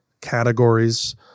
categories